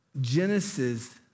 Genesis